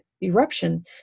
eruption